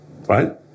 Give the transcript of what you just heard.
right